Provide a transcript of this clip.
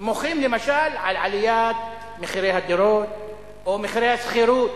מוחים למשל על עליית מחירי הדירות או מחירי השכירות